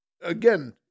Again